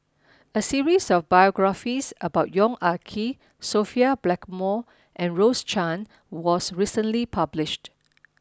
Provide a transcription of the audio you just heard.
a series of biographies about Yong Ah Kee Sophia Blackmore and Rose Chan was recently published